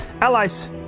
Allies